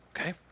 okay